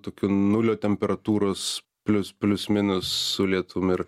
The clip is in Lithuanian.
tokiu nulio temperatūros plius plius minus su lietum ir